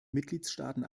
mitgliedstaaten